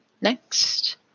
next